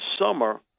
summer